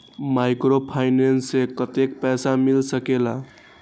Microfinance से कतेक पैसा मिल सकले ला?